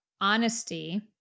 honesty